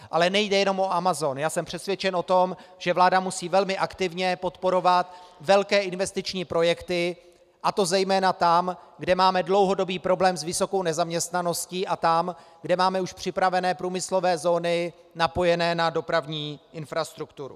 Ale nejde jenom o Amazon, já jsem přesvědčen o tom, že vláda musí velmi aktivně podporovat velké investiční projekty, a to zejména tam, kde máme dlouhodobý problém s vysokou nezaměstnaností, a tam, kde máme už připravené průmyslové zóny napojené na dopravní infrastrukturu.